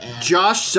Josh